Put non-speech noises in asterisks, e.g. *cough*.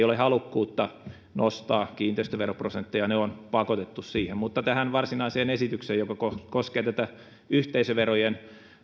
*unintelligible* ole halukkuutta nostaa kiinteistöveroprosentteja ne on pakotettu siihen mutta tämä varsinainen esitys joka koskee tätä yhteisöverojen